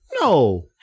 no